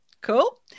Cool